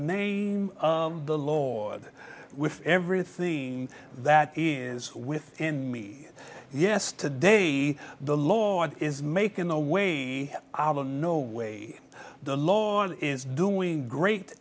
name of the lord with everything that is with me yes today the lord is making a way out of no way the law is doing great